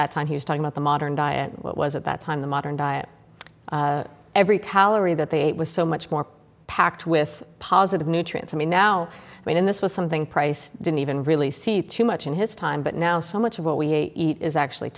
that time he was talking about the modern diet what was at that time the modern diet every calorie that they ate was so much more packed with positive nutrients i mean now i mean this was something price didn't even really see too much in his time but now so much of what we eat is actually